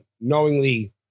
knowingly